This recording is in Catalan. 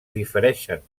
difereixen